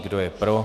Kdo je pro?